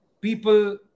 people